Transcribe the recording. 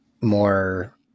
more